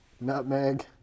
Nutmeg